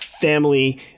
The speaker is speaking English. family